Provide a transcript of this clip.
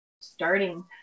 starting